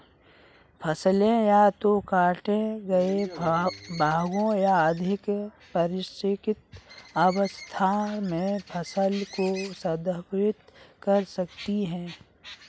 फसलें या तो काटे गए भागों या अधिक परिष्कृत अवस्था में फसल को संदर्भित कर सकती हैं